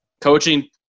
Coaching